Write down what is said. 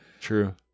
True